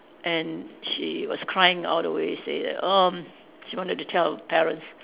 and she was crying all the way say that erm she wanted to tell her parents